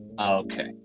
Okay